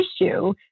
issue